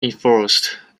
enforced